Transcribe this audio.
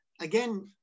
again